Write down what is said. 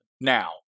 now